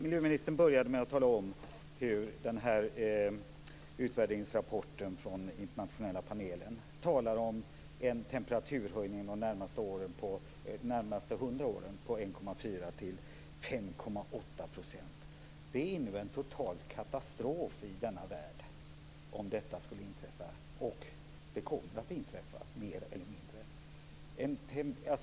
Miljöministern började med att säga att utvärderingsrapporten från internationella panelen talar om en temperaturhöjning de närmaste 100 åren på 1,4 5,8 %. Om det skulle inträffa innebär det en total katastrof i denna värld, och det kommer mer eller mindre att inträffa.